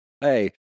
hey